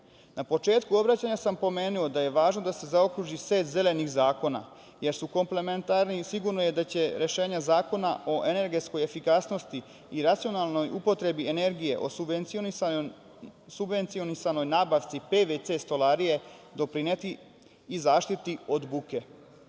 Na početku obraćanja sam pomenuo da je važno da se zaokruži set zelenih zakona, jer su komplementarni i sigurno je da će rešenja Zakona o energetskoj efikasnosti i racionalnoj upotrebi energije o subvencionisanoj nabavci pvc stolarije doprineti i zaštiti od